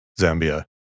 Zambia